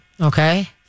okay